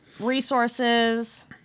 Resources